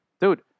dude